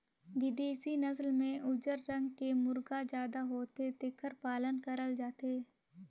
बिदेसी नसल में उजर रंग के मुरगा जादा होथे जेखर पालन करल जाथे